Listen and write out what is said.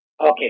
Okay